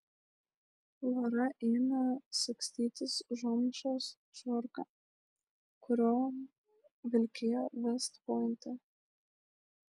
lora ėmė sagstytis zomšos švarką kuriuo vilkėjo vest pointe